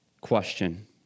question